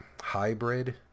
hybrid